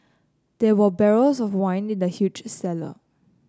there were barrels of wine in the huge cellar